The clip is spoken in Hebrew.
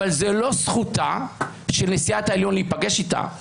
אבל זו לא זכותה של נשיאת העליון להיפגש איתה.